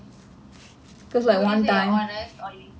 so would you say you are honest or tend to hold back